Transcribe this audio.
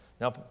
Now